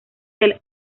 del